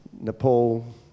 Nepal